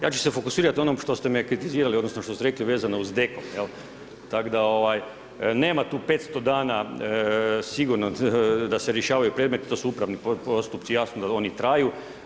Ja ću se fokusirati ono što ste me kritizirali, odnosno, što ste rekli vezano uz Deku, jel, tako da nema tu 500 dana sigurno da se rješavaju predmeti, to su upravni postupci, jasno da oni traju.